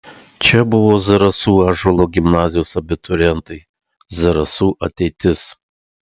čia buvo zarasų ąžuolo gimnazijos abiturientai zarasų ateitis